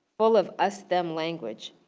full of us them language.